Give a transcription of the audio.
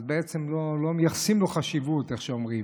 אז בעצם לא מייחסים לו חשיבות, איך שאומרים.